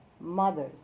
mothers